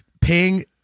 paying